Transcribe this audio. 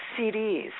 CDs